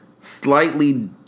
slightly